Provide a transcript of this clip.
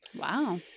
wow